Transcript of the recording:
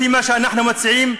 לפי מה שאנחנו מציעים,